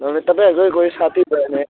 नभए तपाईँहरूकै कोही साथी भयो भने